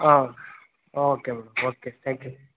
ಹಾಂ okay madam okay thank you